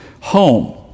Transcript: home